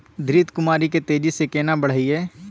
घृत कुमारी के तेजी से केना बढईये?